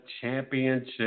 Championship